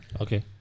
Okay